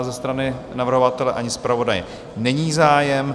Ze strany navrhovatele ani zpravodaje není zájem.